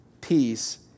peace